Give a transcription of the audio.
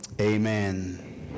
Amen